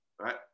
right